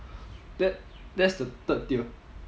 that that's the third tier